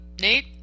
Nate